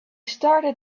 started